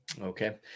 Okay